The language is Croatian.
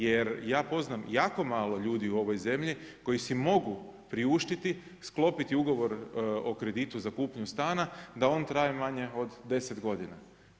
Jer ja poznam jako malo ljudi u ovoj zemlji koji si mogu priuštiti sklopiti ugovor o kreditu za kupnju stana da on traje manje od deset godina.